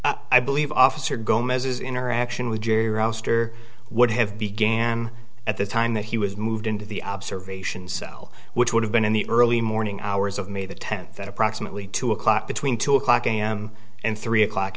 lie i believe officer gomez's interaction with gerry roster would have began at the time that he was moved into the observation cell which would have been in the early morning hours of may the tenth at approximately two o'clock between two o'clock am and three o'clock